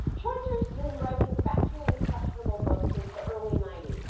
schweizer has been writing factually questionable books since the early ninety s,